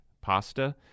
Pasta